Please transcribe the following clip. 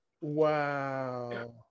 Wow